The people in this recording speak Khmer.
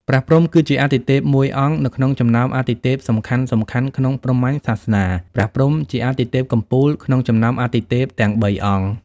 ព្រះព្រហ្ម គឺជាអទិទេពមួយអង្គ នៅក្នុងចំណោមអទិទេពសំខាន់ៗ ក្នុងព្រហ្មញ្ញសាសនា ព្រះព្រហ្ម ជាអទិទេពកំពូល ក្នុងចំណោមអទិទេពទាំង៣អង្គ។